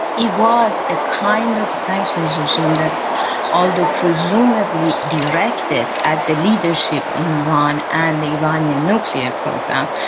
it was a kind of sanctions regime that although presumably directed at the leadership in iran and the iranian nuclear program,